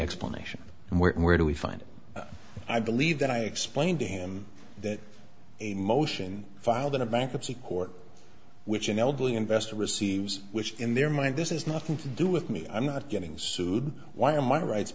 explanation and where and where do we find it i believe that i explained to him that a motion filed in a bankruptcy court which an elderly investor receives which in their mind this is nothing to do with me i'm not getting sued why are my rights